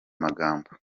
magambo